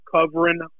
covering